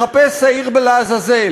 לחפש שעיר לעזאזל,